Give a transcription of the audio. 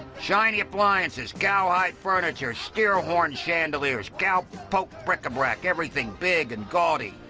shiny appliances, cowhide furniture, steer horn chandeliers, cow poke bric-a-brac. everything big and gaudy,